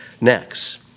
next